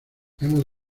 hemos